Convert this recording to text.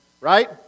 right